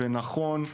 נכון,